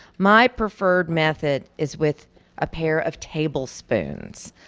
my preferred method is with a pair of tablespoons,